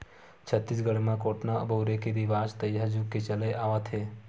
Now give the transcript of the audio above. छत्तीसगढ़ म कोटना बउरे के रिवाज तइहा जुग ले चले आवत हे